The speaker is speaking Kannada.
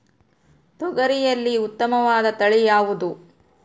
ತೊಗರಿಯಲ್ಲಿ ಉತ್ತಮವಾದ ತಳಿ ಯಾವುದು?